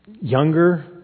younger